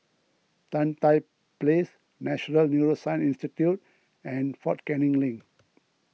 Tan Tye Place National Neuroscience Institute and fort Canning Link